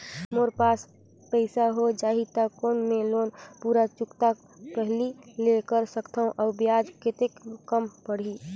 मोर पास पईसा हो जाही त कौन मैं लोन पूरा चुकता पहली ले कर सकथव अउ ब्याज कतेक कम पड़ही?